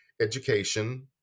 Education